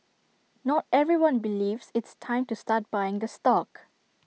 not everyone believes it's time to start buying the stock